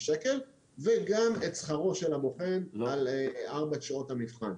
שקלים וגם את שכרו של הבוחן על ארבע שעות המבחן.